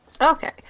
Okay